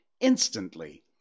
instantly